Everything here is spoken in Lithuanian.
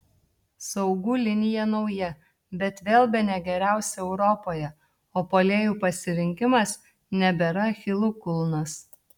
saugų linija nauja bet vėl bene geriausia europoje o puolėjų pasirinkimas nebėra achilo kulnas